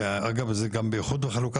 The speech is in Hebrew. אגב, זה גם באיחוד וחלוקה